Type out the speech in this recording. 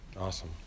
Awesome